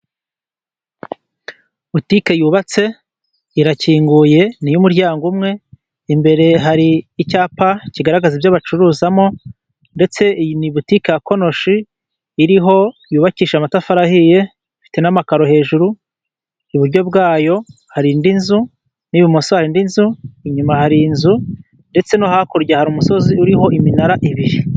Butike yubatse irakinguye n'iy'umuryango umwe, imbere hari icyapa kigaragaza ibyo bacuruzamo, ndetse iyi ni butike ya konoshi iriho yubakisha amatafari ahiye ifite n'amakaro hejuru, iburyo bwayo hari indi nzu n'ibumoso hari n'indi inzu inyuma hari inzu ndetse no hakurya hari umusozi uriho iminara ibiri.